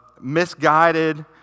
misguided